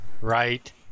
right